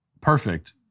perfect